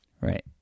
right